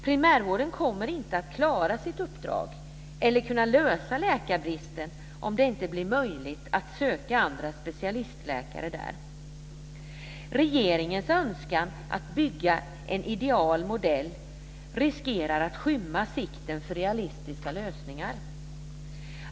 Primärvården kommer inte att klara sitt uppdrag eller kunna lösa läkarbristen om det inte blir möjligt att söka andra specialistläkare där. Regeringens önskan att bygga en ideal modell riskerar att skymma sikten för realistiska lösningar.